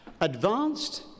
advanced